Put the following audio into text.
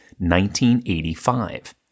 1985